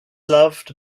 loved